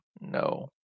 No